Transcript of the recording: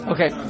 Okay